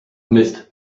mist